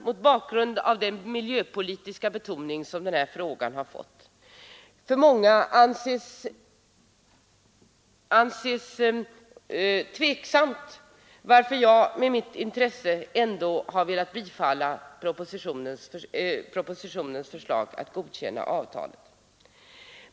Mot bakgrund av den miljöpolitiska betoning som den här frågan har fått kanske då många anser det underligt att jag med mitt intresse för miljön ändå har biträtt propositionens förslag att godkänna avtalet.